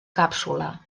càpsula